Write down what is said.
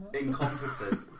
incompetent